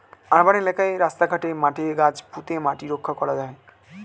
urban এলাকায় রাস্তা ঘাটে, মাঠে গাছ পুঁতে মাটি রক্ষা করা হয়